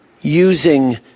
using